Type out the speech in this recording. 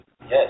Yes